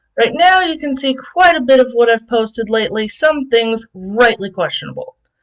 right now you can see quite a bit of what i've posted lately, some things rightly questionable.